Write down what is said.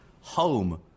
home